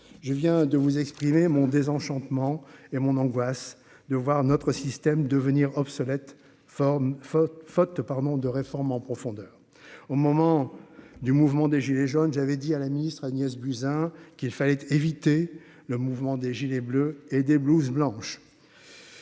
je viens de vous exprimer mon désenchantement et mon angoisse de voir notre système devenir obsolète forme faute faute pardon de réforme en profondeur au moment du mouvement des Gilets jaunes, j'avais dit à la ministre, Agnès Buzyn, qu'il fallait éviter le mouvement des Gilets bleu et des blouses blanches.